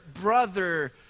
brother